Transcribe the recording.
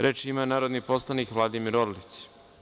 Reč ima narodni poslanik Vladimir Orlić.